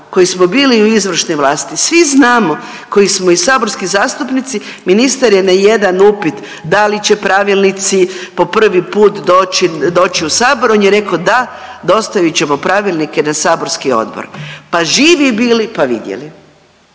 koji smo bili u izvršnoj vlasti, svi znamo koji smo i saborski zastupnici, ministar je na jedan upit da li će pravilnici po prvo put doći, doći u sabor, on je rekao da dostavit ćemo pravilnike na saborski odbor, pa živi bili pa vidjeli.